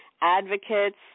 advocates